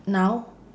now